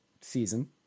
season